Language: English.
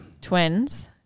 Twins